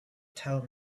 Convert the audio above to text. tell